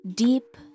Deep